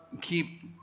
keep